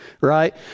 right